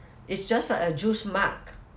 it's just a juice mug